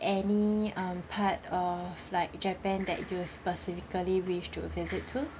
any um part of like japan that you would specifically wish to visit too